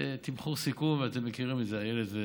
תמחור סיכון, אתם מכירים את זה, איילת ומיקי,